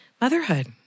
motherhood